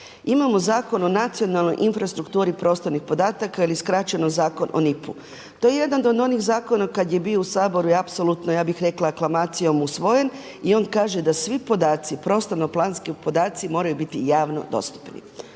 Imamo Zakon o nacionalnoj infrastrukturi prostornih podataka ili skraćeno zakon o NIP-u. To je jedan od onih zakona kad je bi u Saboru i apsolutno ja bih rekla aklamacijom usvojen i on kaže da svi podaci prostorno planski podaci moraju biti javno dostupni.